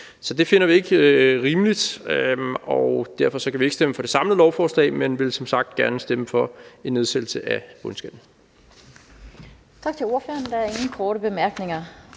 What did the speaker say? Så det finder vi ikke rimeligt, og derfor kan vi ikke stemme for det samlede lovforslag, men vil som sagt gerne stemme for en nedsættelse af bundskatten.